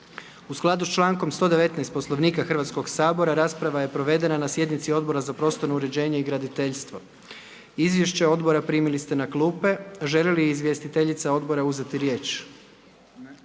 U skladu s člankom 119. Poslovnika Hrvatskog sabora rasprava je provedena na sjednici Odbora za Ustav, Poslovnik i politički sustav. Izvješće odbora primili ste na klupe. Želi li izvjestitelj odbora uzeti riječ?